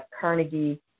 Carnegie